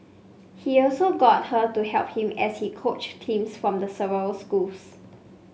he also got her to help him as he coached teams from the several schools